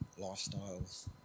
lifestyles